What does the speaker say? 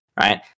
right